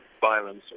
violence